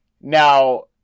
Now